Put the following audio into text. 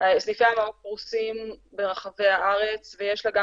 סניפי המעוף פרוסים ברחבי הארץ ויש לה גם